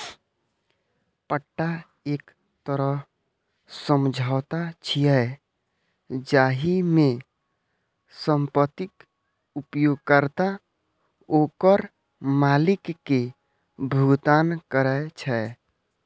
पट्टा एक तरह समझौता छियै, जाहि मे संपत्तिक उपयोगकर्ता ओकर मालिक कें भुगतान करै छै